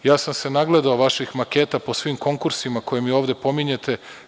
Ja sam se nagledao vaših maketa po svim konkursima koje mi ovde pominjete.